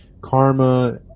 karma